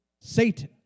Satan